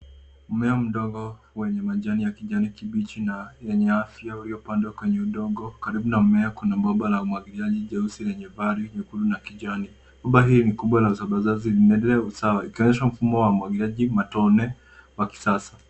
Mimea mdogo wenye majani kibichi na yenye afya uliyopandwa kwenye udongo. Karibu na mmea kuna bomba la umwagiliaji jeusi lenye valvu nyekundu na kijani. Bomba hii ni kubwa la usambazaji sawa ikionyesha mfumo wa umwagiliaji wa matone wa kisasa.